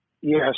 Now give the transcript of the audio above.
Yes